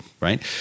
right